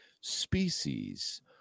species